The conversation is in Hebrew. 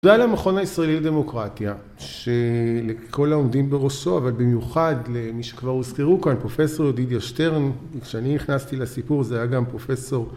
תודה על המכון הישראלי לדמוקרטיה, שלכל העומדים בראשו, אבל במיוחד למי שכבר הוזכרו כאן, פרופ' ידידה שטרן, וכשאני נכנסתי לסיפור זה היה גם פרופ'